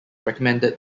recommended